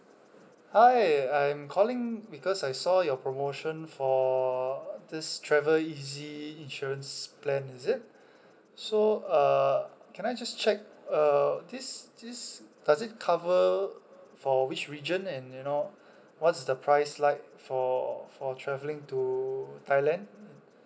hi I'm calling because I saw your promotion for this travel easy insurance plan is it so uh can I just check uh this this does it cover for which region and you know what's the price like for for traveling to thailand